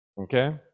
okay